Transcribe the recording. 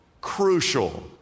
crucial